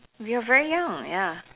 we're very young ya